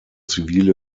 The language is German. zivile